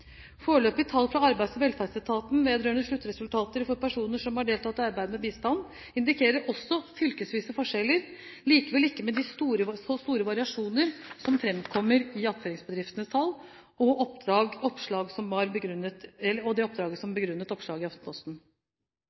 tall fra Arbeids- og velferdsetaten vedrørende sluttresultater for personer som har deltatt i «Arbeid med bistand», indikerer også fylkesvise forskjeller, likevel ikke med så store variasjonene som framkommer i Attføringsbedriftenes tall og det oppdraget som var bakgrunn for oppslaget i Aftenposten. Videre vil jeg understreke at det at resultatene av enkelttiltak varierer mellom ulike fylker, ikke i